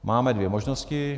Máme dvě možnosti.